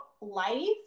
life